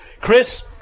Chris